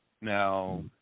Now